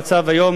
המצב היום,